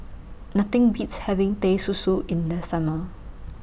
Nothing Beats having Teh Susu in The Summer